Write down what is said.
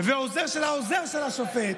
עוזר של העוזר של השופט,